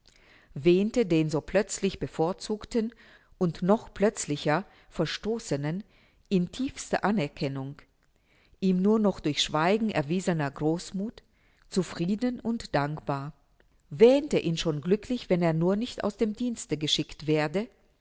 wähnte den so plötzlich bevorzugten und noch plötzlicher verstoßenen in tiefster anerkennung ihm nur noch durch schweigen erwiesener großmuth zufrieden und dankbar wähnte ihn schon glücklich wenn er nur nicht aus dem dienste geschickt werde